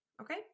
okay